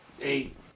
Eight